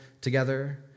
together